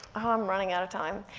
i'm running out of time.